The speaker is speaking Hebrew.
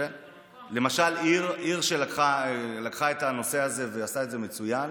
למשל עיר שלקחה את הנושא הזה ועשתה את זה מצוין,